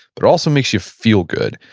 but also makes you feel good.